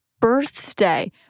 birthday